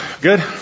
Good